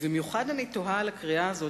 אני תוהה על הקריאה הזאת,